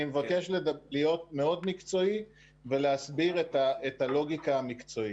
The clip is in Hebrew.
אני מבקש להיות מאוד מקצועי ולהסביר את הלוגיקה המקצועית.